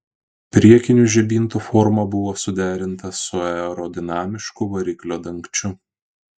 priekinių žibintų forma buvo suderinta su aerodinamišku variklio dangčiu